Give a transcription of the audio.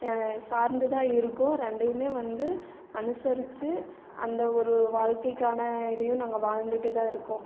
சார்ந்து தான் இருக்கோம் ரெண்டையுமே வந்து அனுசரிச்சு அந்த ஒரு வாழ்க்கைக்கான இதையும் நாங்கள் வாழ்ந்துகிட்டே தான் இருக்கோம்